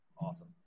awesome